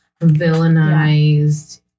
villainized